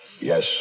Yes